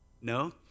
No